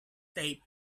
tape